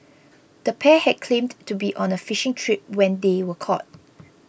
the pair had claimed to be on a fishing trip when they were caught